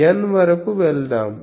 N వరకు వెళ్దాము